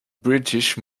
british